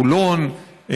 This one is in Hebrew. חולון,